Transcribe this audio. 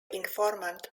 informant